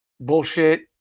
bullshit